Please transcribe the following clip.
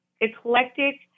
eclectic